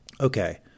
okay